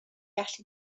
allu